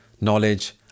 knowledge